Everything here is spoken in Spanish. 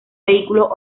vehículos